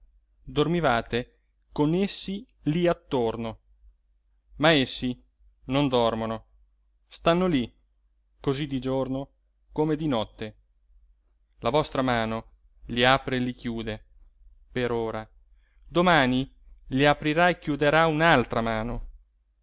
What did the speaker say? dormivate con essi lì attorno ma essi non dormono stanno lì così di giorno come di notte la vostra mano li apre e li chiude per ora domani li aprirà e chiuderà un'altra mano